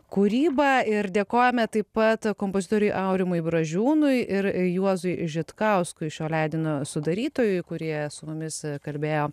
kūryba ir dėkojame taip pat kompozitoriui aurimui bražiūnui ir juozui žitkauskui šio leidinio sudarytojui kurie su mumis kalbėjo